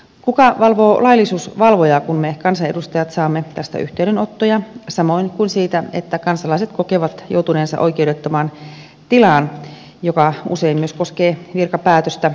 kuka valvoo laillisuusvalvojaa kun me kansanedustajat saamme tästä yhteydenottoja samoin kuin siitä että kansalaiset kokevat joutuneensa oikeudettomaan tilaan joka usein myös koskee virkapäätöstä